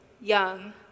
young